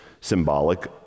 symbolic